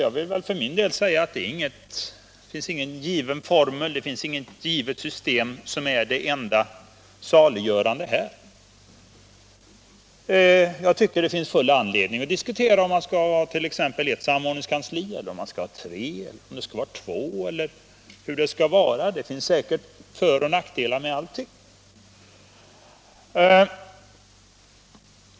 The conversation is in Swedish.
Jag vill för min del säga att det finns ingen given formel, inget givet system som är det enda saliggörande därvidlag. Det finns självfallet anledning att diskutera om man skall ha ett enda samordningskansli, om man skall ha två eller tre, eller hur det skall vara. Det finns säkert föroch nackdelar med allting.